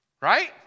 right